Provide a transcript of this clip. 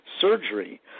surgery